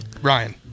Ryan